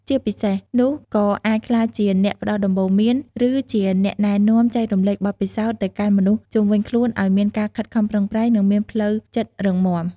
ជាពិសេសនោះ ក៏អាចក្លាយជាអ្នកផ្តល់ដំបូន្មាន ឬជាអ្នកណែនាំចែករំលែកបទពិសោធន៍ទៅកាន់មនុស្សជុំវិញខ្លួនឲ្យមានការខិតខំប្រឹងប្រែង និងមានផ្លូវចិត្តរឹងមាំ។